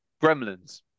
gremlins